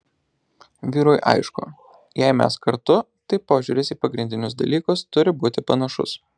vyrui aišku jei mes kartu tai požiūris į pagrindinius dalykas turi būti panašus